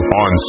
on